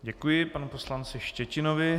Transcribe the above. Děkuji panu poslanci Štětinovi.